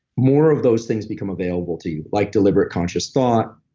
more of those things become available to you, like deliberate conscious thought,